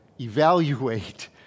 evaluate